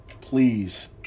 Please